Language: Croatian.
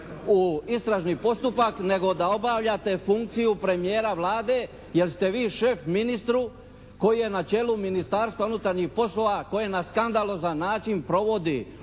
u istražni postupak nego da obavljate funkciju premijera Vlade jer ste vi šef ministru koji je na čelu Ministarstva unutarnjih poslova koji na skandalozan način provodi